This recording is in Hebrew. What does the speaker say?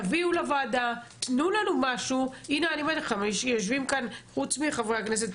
תביאו לוועדה, יושבים פה שני חברי כנסת